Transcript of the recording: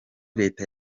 leta